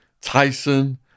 Tyson